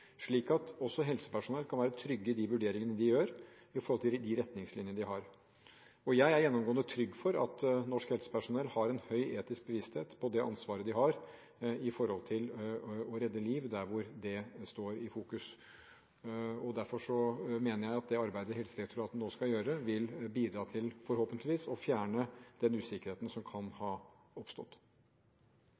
slik at også helsepersonell kan være trygge i de vurderingene de gjør i forhold til de retningslinjene de har. Jeg er gjennomgående trygg for at norsk helsepersonell har en høy etisk bevissthet på det ansvaret de har når det gjelder å redde liv der hvor det står i fokus. Derfor håper jeg at det arbeidet som Helsedirektoratet nå skal gjøre, vil bidra til å fjerne den usikkerheten som kan ha oppstått.